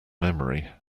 memory